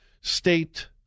state